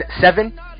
seven